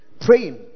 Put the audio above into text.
praying